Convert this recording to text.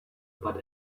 but